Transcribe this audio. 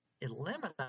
eliminate